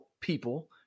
people